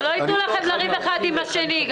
שלא יתנו לכם לריב האחד עם השני.